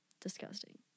Disgusting